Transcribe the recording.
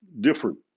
different